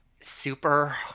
super